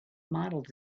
models